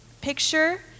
Picture